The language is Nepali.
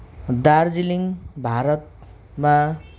दार्जिलिङ भारतमा